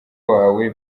wawe